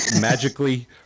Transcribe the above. magically